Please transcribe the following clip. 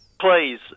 Please